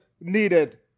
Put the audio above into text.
needed